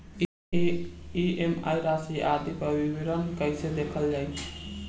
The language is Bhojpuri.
ई.एम.आई राशि आदि पर विवरण कैसे देखल जाइ?